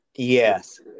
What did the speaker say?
yes